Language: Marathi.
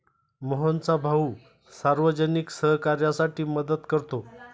मोहनचा भाऊ सार्वजनिक सहकार्यासाठी मदत करतो